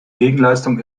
gegenleistung